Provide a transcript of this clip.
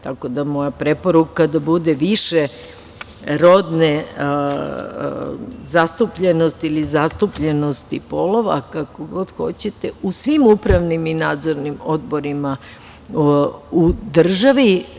Tako da, moja preporuka je da bude više rodne zastupljenosti ili zastupljenosti polova, kako god hoćete, u svim upravnim i nadzornim odborima u državi.